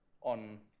on